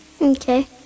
Okay